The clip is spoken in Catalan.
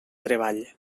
treball